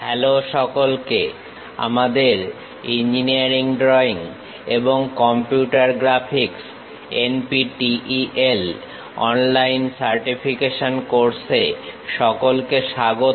hello সকলকে আমাদের engineering drawing এবং computer graphics NPTEL online certification course এ সকলকে স্বাগত